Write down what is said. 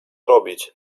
robić